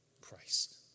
Christ